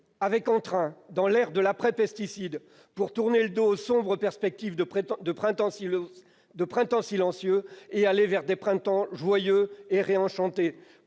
avec entrain dans l'ère de l'après-pesticides, pour tourner le dos aux sombres perspectives de printemps silencieux et aller vers des printemps joyeux et réenchantés